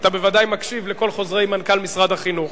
אתה בוודאי מקשיב לכל חוזרי מנכ"ל משרד החינוך.